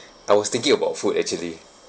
I was thinking about food actually